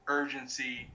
urgency